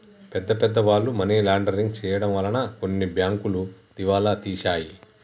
పెద్ద పెద్ద వాళ్ళు మనీ లాండరింగ్ చేయడం వలన కొన్ని బ్యాంకులు దివాలా తీశాయి